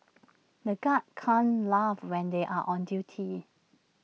the guards can't laugh when they are on duty